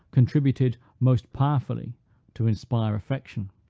contributed most powerfully to inspire affection.